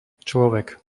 človek